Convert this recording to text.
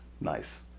Nice